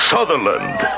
Sutherland